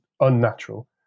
unnatural